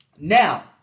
Now